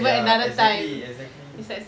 ya exactly exactly